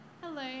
Hello